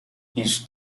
each